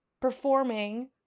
performing